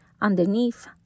underneath